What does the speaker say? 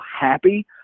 happy